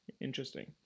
Interesting